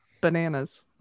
bananas